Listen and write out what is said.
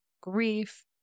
grief